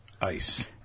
Ice